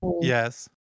yes